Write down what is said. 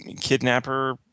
kidnapper